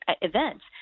events